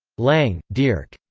lange, dierk,